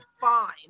fine